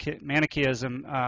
manichaeism